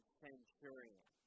centurion